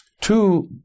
two